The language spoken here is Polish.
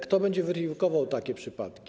Kto będzie weryfikował takie przypadki?